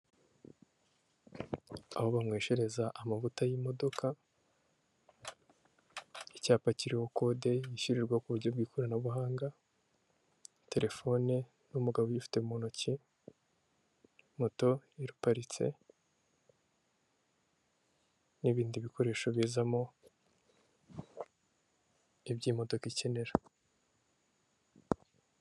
Aho banyweshereza amavuta y'imodoka, icyapa kiriho kode yishyurirwa ku buryo bw'ikoranabuhanga, telefone n'umugabo uyifite mu ntoki, moto iparitse n'ibindisho bizamo ibyo imodoka ikenera.